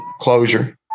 closure